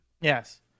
Yes